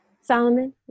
Solomon